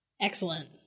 Excellent